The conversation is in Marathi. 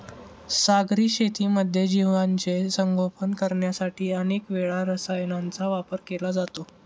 सागरी शेतीमध्ये जीवांचे संगोपन करण्यासाठी अनेक वेळा रसायनांचा वापर केला जातो